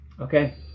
Okay